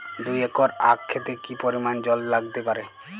দুই একর আক ক্ষেতে কি পরিমান জল লাগতে পারে?